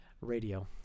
Radio